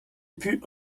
put